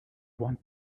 want